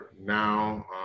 now